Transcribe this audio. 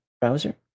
browser